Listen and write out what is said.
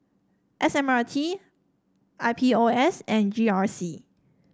S M R T I P O S and G R C